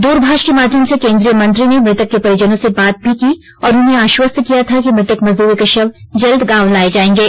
दूरभाष के माध्यम से केंद्रीय मंत्री ने मृतक के परिजनों से बातें भी की थीं और उन्हें आश्वस्त किया था कि मृतक मजदूरों के शव जल्द गांव लाये जायेंगे